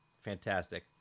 Fantastic